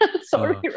Sorry